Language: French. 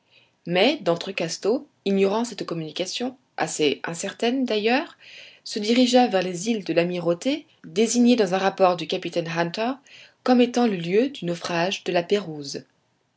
mais d'entrecasteaux ignorant cette communication assez incertaine d'ailleurs se dirigea vers les îles de l'amirauté désignées dans un rapport du capitaine hunter comme étant le lieu du naufrage de